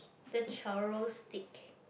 the churros stick